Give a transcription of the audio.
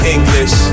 English